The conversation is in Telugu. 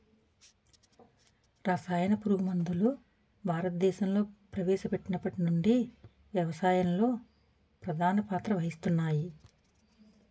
రసాయన పురుగుమందులు భారతదేశంలో ప్రవేశపెట్టినప్పటి నుండి వ్యవసాయంలో ప్రధాన పాత్ర వహిస్తున్నాయి